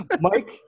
Mike